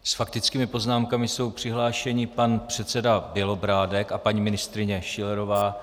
S faktickými poznámkami jsou přihlášeni pan předseda Bělobrádek a paní ministryně Schillerová.